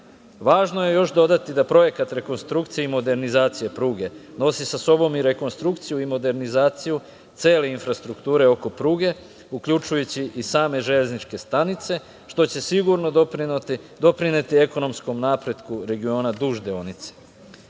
rad. Važno je još dodati da Projekat rekonstrukcije i modernizacije pruge nosi sa sobom i rekonstrukciju i modernizaciju cele infrastrukture oko pruge, uključujući i same železničke stanice, što će sigurno doprineti ekonomskom napretku regiona duž deonice. Ova